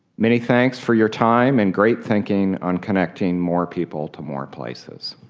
many thanks for your time and great thinking on connecting more people to more places.